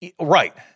Right